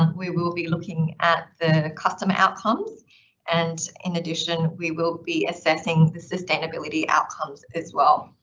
we will be looking at the customer outcomes and in addition we will be assessing the sustainability outcomes as well.